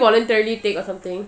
did you voluntarily take or something